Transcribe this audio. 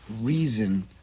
reason